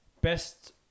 best